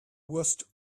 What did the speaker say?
worst